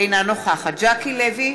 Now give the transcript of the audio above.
אינה נוכחת ז'קי לוי,